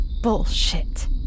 Bullshit